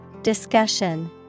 Discussion